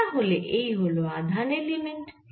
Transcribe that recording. তাহলে এই হল আধান এলিমেন্ট